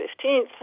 15th